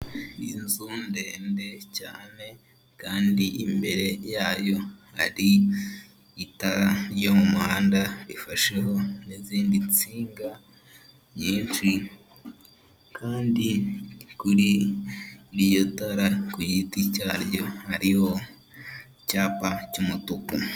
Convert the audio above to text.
Inzu ndende cyane kandi imbere yayo hari itara ryo mu muhanda rifasheho n'izindi nsinga nyinshi kandi kuri iryo tara ku giti cyaryo hariho icyapa cy'umutuku.